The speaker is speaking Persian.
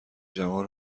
جوان